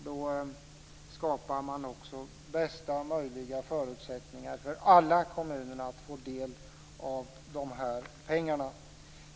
Därigenom skapar man bästa möjliga förutsättningar för alla kommuner att få del av pengarna.